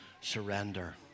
surrender